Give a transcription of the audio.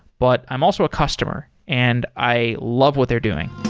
but i'm also a customer and i love what they're doing